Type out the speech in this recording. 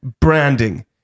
branding